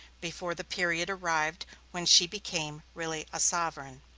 before the period arrived when she became really a sovereign.